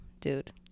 Dude